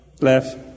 left